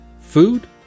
Food